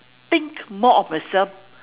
think more of myself